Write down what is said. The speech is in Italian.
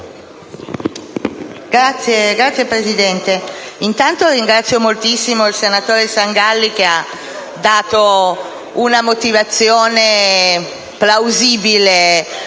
Signor Presidente, intanto ringrazio moltissimo il senatore Sangalli che ha dato una motivazione plausibile e